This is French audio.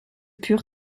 pure